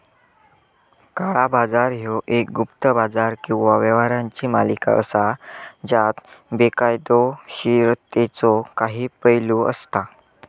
काळा बाजार ह्यो एक गुप्त बाजार किंवा व्यवहारांची मालिका असा ज्यात बेकायदोशीरतेचो काही पैलू असता